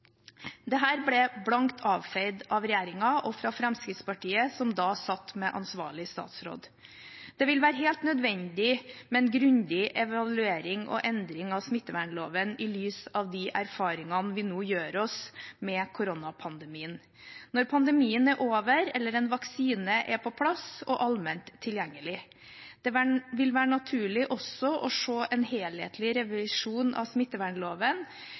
ble blankt avfeid av regjeringen og av Fremskrittspartiet, som da satt med ansvarlig statsråd. Det vil være helt nødvendig med en grundig evaluering og endring av smittevernloven i lys av de erfaringene vi nå gjør oss med koronapandemien, når pandemien er over eller en vaksine er på plass og allment tilgjengelig. Det vil være naturlig også å se en helhetlig revisjon av smittevernloven